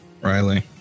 Riley